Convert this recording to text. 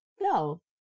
no